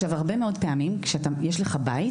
הרבה מאוד פעמים כשיש לך בית,